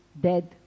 dead